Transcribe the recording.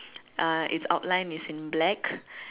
uh its outline is in black